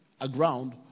aground